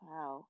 Wow